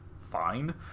fine